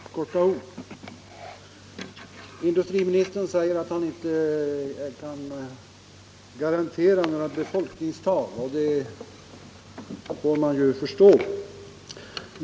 Herr talman! Bara några få ord! Industriministern säger att han inte kan garantera några befolkningstal, och det får man ju förstå.